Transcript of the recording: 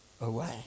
away